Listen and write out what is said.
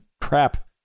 crap